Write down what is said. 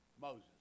Moses